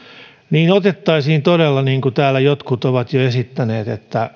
että otettaisiin todella niin kuin täällä jotkut ovat jo esittäneet